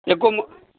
एकोमे